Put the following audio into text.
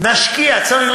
נשקיע, צריך